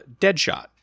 Deadshot